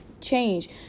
change